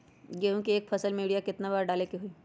गेंहू के एक फसल में यूरिया केतना बार डाले के होई?